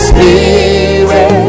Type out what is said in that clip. Spirit